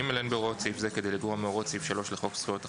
(ג)אין בהוראות סעיף זה כדי לגרוע מהוראות סעיף 3 לחוק זכויות החולה,